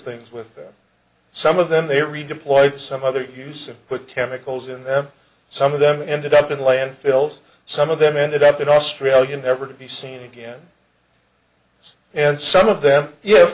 things with some of them they redeployed to some other use and put chemicals in them some of them ended up in landfills some of them ended up in australia never to be seen again and some of them ye